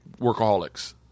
Workaholics